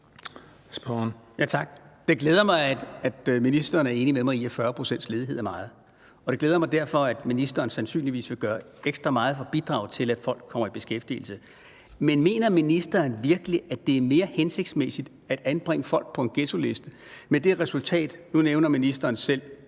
Det glæder mig, at ministeren er enig med mig i, at 40 pct.s ledighed er meget. Det glæder mig derfor, at ministeren sandsynligvis vil gøre ekstra meget for at bidrage til, at folk kommer i beskæftigelse. Men mener ministeren virkelig, at det er mere hensigtsmæssigt at anbringe folk på en ghettoliste med det resultat, det har? Nu nævner ministeren selv